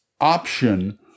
option